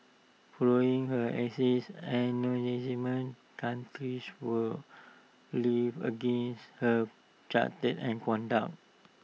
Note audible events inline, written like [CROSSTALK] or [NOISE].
following her axing anonymous [UNINTELLIGIBLE] were levelled against her character and conduct